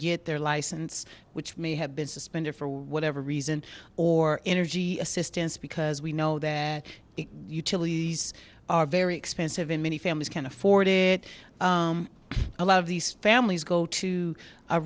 get their license which may have been suspended for whatever reason or energy assistance because we know that utilities are very expensive in many families can't afford it a lot of these families go to a